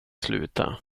sluta